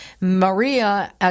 Maria